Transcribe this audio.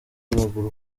w’amaguru